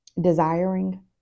desiring